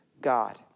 God